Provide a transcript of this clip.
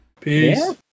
Peace